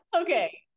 Okay